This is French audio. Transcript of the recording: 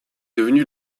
devenu